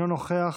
אינו נוכח,